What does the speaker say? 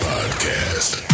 Podcast